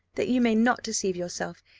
that you may not deceive yourself,